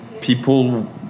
people